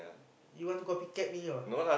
you want to copycat me ah